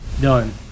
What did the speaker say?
Done